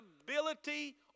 ability